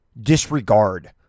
disregard